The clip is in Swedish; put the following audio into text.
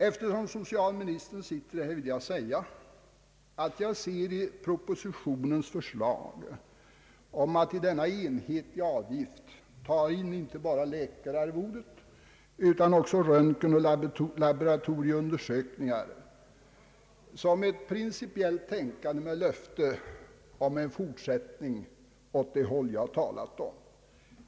Eftersom socialministern sitter här vill jag framhålla att jag ser propositionens förslag om att i denna enhetliga avgift ta in inte bara läkararvodet utan även röntgenoch laboratorieundersökningar såsom ett principiellt tänkande med löfte om en fortsättning åt det håll jag har talat om.